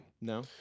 No